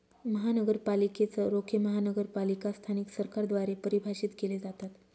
महानगरपालिकेच रोखे महानगरपालिका स्थानिक सरकारद्वारे परिभाषित केले जातात